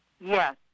Yes